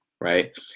right